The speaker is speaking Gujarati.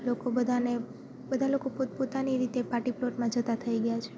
લોકો બધાને બધા લોકો પોતપોતાની રીતે પાર્ટી પ્લોટમાં જતા થઈ ગયા છે